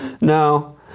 No